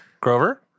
Grover